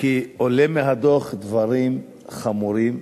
כי עולים מהדוח דברים חמורים.